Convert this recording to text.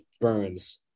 Burns